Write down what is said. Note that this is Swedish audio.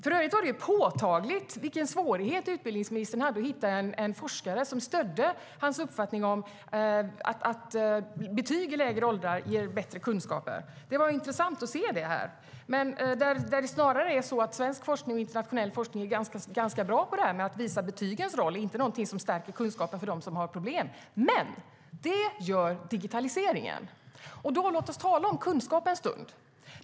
För övrigt var det påtagligt vilken svårighet utbildningsministern hade att hitta en forskare som stödde hans uppfattning om att betyg i lägre åldrar ger bättre kunskaper. Det var intressant att se det. Det är snarare så att svensk och internationell forskning är ganska bra på att visa betygens roll och att de inte är någonting som stärker kunskapen för dem som har problem. Det gör dock digitaliseringen. Låt oss tala om kunskap en stund!